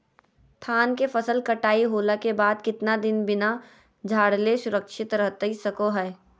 धान के फसल कटाई होला के बाद कितना दिन बिना झाड़ले सुरक्षित रहतई सको हय?